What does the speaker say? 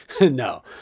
no